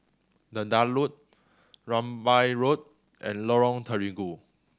The Daulat Rambai Road and Lorong Terigu